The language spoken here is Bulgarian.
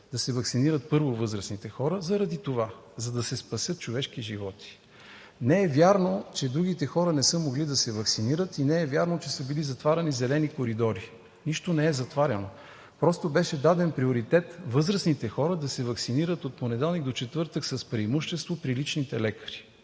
да се ваксинират първо възрастните хората, заради това – за да се спасят човешки животи. Не е вярно, че другите хора не са могли да се ваксинират, и не е вярно, че са били затваряни „зелени коридори“. Нищо не е затваряно! Просто беше даден приоритет възрастните хора да се ваксинират от понеделник до четвъртък с преимущество при личните лекари,